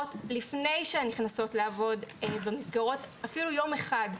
לפני שהן נכנסות לעבוד במסגרות אפילו יום אחד.